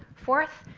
fourth,